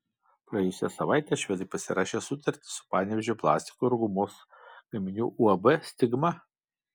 praėjusią savaitę švedai pasirašė sutartį su panevėžio plastiko ir gumos gaminių uab stigma